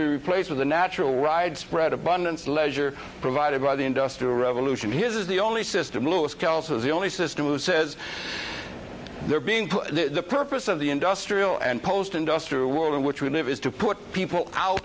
be replaced with the natural ride spread abundance leisure provided by the industrial revolution his is the only system louis kelso the only system who says they're being the purpose of the industrial and post industrial world in which we live is to put people out